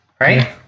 right